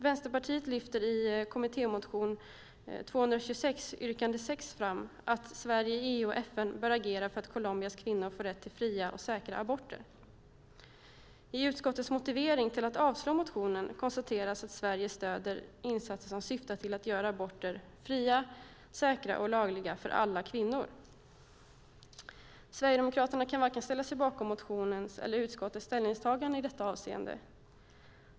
Vänsterpartiet lyfter i kommittémotion 226 yrkande 6 fram att Sverige i EU och FN bör agera för att Colombias kvinnor får rätt till fria och säkra aborter. I utskottets motivering till att avstyrka motionen konstateras att Sverige stöder insatser som syftar till att göra aborter fria, säkra och lagliga för alla kvinnor. Sverigedemokraterna kan inte ställa sig bakom vare sig motionens eller utskottets ställningstagande i detta avseende.